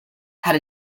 had